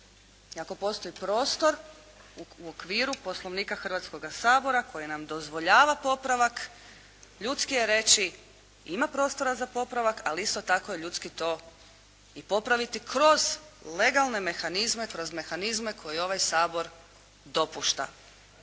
ako postoji prostor u okviru Poslovnika Hrvatskoga sabora koji nam dozvoljava popravak. Ljudski je reći ima prostora za popravak ali isto tako je ljudski to popraviti kroz legalne mehanizme, kroz mehanizme koje ovaj Sabor dopušta.